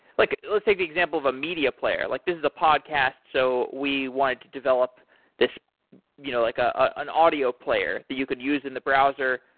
like let's take the example of a media player. like this is a podcast, so we wanted to develop this you know like ah an audio player that you could use in the browser.